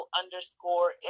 underscore